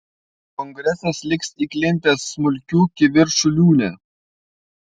kongresas liks įklimpęs smulkių kivirčų liūne